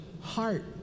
heart